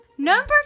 Number